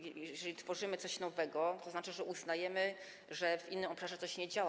Jeżeli tworzymy coś nowego, to oznacza, że uznajemy, że w innym obszarze coś nie działa.